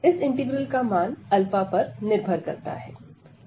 इस इंटीग्रल का मान पर निर्भर करता है